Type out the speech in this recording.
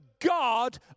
God